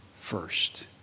first